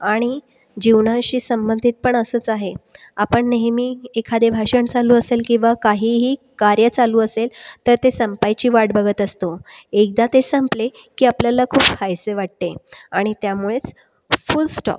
आणि जीवनाशी संबंधित पण असंच आहे आपण नेहमी एखादे भाषण चालू असेल किंवा काहीही कार्य चालू असेल तर ते संपायची वाट बघत असतो एकदा ते संपले की आपल्याला खूप हायसे वाटते आणि त्यामुळेच फुलस्टॉप